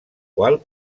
qual